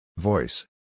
Voice